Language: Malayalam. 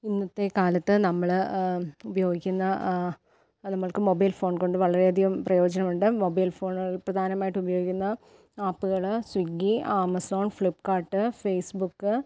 ഇന്നത്തെ കാലത്ത് നമ്മൾ ഉപയോഗിക്കുന്ന നമുക്ക് മൊബൈൽ ഫോൺ കൊണ്ട് വളരെയധികം പ്രയോജനം ഉണ്ട് മൊബൈൽ ഫോണുകൾ പ്രധാനമായിട്ടും ഉപയോഗിക്കുന്ന ആപ്പുകൾ സ്വിഗി ആമസോൺ ഫ്ലിപ്കാർട്ട് ഫേസ്ബുക്ക്